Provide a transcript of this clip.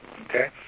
Okay